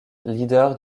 leader